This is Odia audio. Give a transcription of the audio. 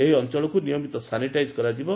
ଏହି ଅଂଚଳକୁ ନିୟମିତ ସାନିଟାଇଜ୍ କରାଯିବ